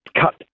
cut